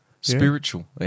spiritual